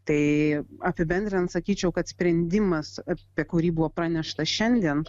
tai apibendrinant sakyčiau kad sprendimas apie kurį buvo pranešta šiandien